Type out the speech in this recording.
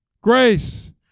grace